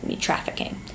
trafficking